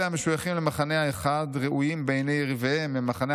אלה המשויכים למחנה האחד ראויים בעיני יריביהם מהמחנה